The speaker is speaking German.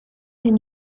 den